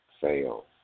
fail